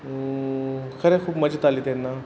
खरें खूब मजा येताली तेन्ना